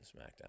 SmackDown